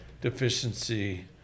deficiency